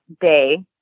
day